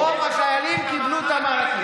רוב החיילים קיבלו את המענקים.